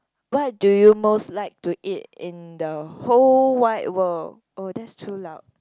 what do you most like to eat in the whole wide world